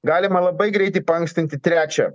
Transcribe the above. galima labai greitai paankstinti trečią